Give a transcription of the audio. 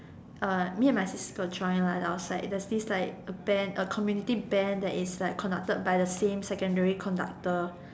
uh me and my sis got join like the outside like there was this like a band like a community band that is like conducted by the same secondary conductor